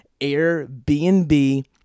Airbnb